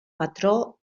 patró